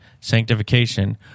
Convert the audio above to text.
Sanctification